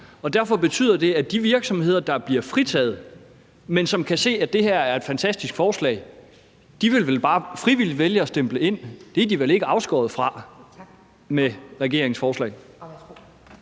Og derfor betyder det, at de virksomheder, der bliver fritaget, men som kan se, at det her er et fantastisk forslag, vel bare vil vælge frivilligt at stemple ind. Det er de vel ikke afskåret fra med regeringens forslag.